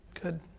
Good